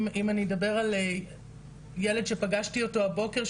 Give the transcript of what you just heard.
אני למשל אדבר פה על ילד שפגשתי הבוקר,